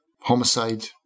homicide